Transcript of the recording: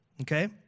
Okay